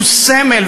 הוא סמל,